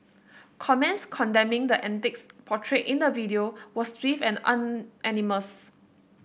comments condemning the antics portrayed in the video were swift and unanimous